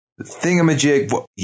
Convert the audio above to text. thingamajig